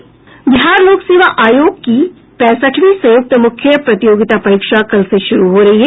बिहार लोक सेवा आयोग की पैंसठवीं संयुक्त मुख्य प्रतियोगिता परीक्षा कल से शुरू हो रही है